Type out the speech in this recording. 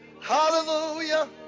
Hallelujah